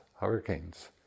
hurricanes